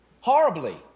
horribly